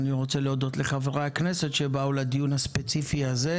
אני רוצה להודות לחברי הכנסת שבאו לדיון הספציפי הזה,